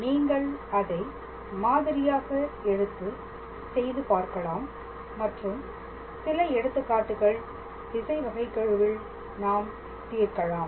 நீங்கள் அதை மாதிரியாக எடுத்து செய்து பார்க்கலாம் மற்றும் சில எடுத்துக்காட்டுகள் திசை வகைகெழுவில் நாம் தீர்க்கலாம்